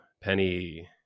Penny